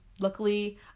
Luckily